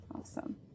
Awesome